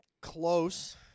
Close